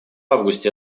августе